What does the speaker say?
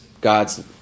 God's